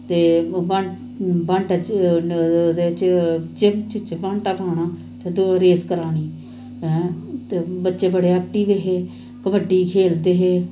ते ओह् च चिमचे च बांटा पोआनां ते दौड़ रेस करानी ते बच्चे बड़े ऐक्टिव हे कबड्डी खेलदे हे